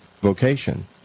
vocation